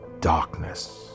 darkness